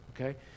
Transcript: okay